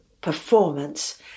performance